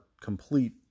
complete